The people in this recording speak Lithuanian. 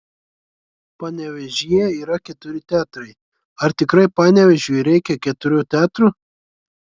panevėžyje yra keturi teatrai ar tikrai panevėžiui reikia keturių teatrų